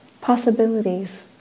possibilities